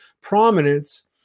prominence